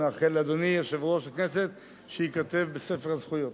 ומאחל לאדוני יושב-ראש הכנסת שייכתב בספר הזכויות.